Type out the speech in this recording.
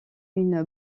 une